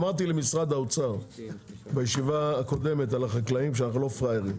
אמרתי למשרד האוצר בישיבה הקודמת על החקלאים שאנחנו לא פראיירים.